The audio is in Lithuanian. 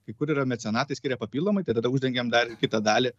kai kur yra mecenatai skiria papildomai tai tada uždengiam dar ir kitą dalį